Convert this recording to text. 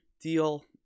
deal